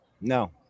No